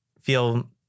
feel